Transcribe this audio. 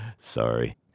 Sorry